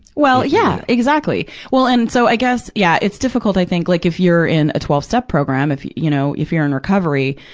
well, yeah, exactly. well, and, so, i guess, yeah. it's difficult, i think, like, if you're in a twelve step program, if, you you know, if you're in recovery,